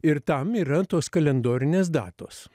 ir tam yra tos kalendorinės datos